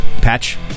Patch